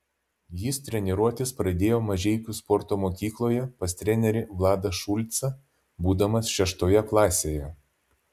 jis treniruotis pradėjo mažeikių sporto mokykloje pas trenerį vladą šulcą būdamas šeštoje klasėje